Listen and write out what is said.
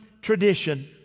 tradition